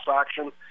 action